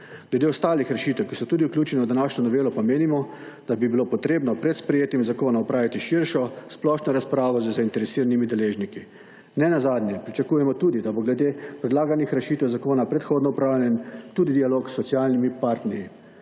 Glede ostalih rešitev, ki so tudi vključene v današnjo novelo pa menimo, da bi bilo potrebno pred sprejetjem zakona opraviti širšo, splošno razpravo z zainteresiranimi deležniki. Nenazadnje, pričakujemo tudi, da bo glede predlaganih rešitev zakona predhodno opravljen tudi dialog s socialnimi partnerji.